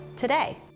today